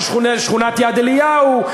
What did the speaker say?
של שכונת יד-אליהו,